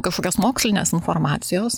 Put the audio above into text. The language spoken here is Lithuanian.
kažkokios mokslinės informacijos